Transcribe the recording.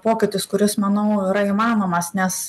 pokytis kuris manau yra įmanomas nes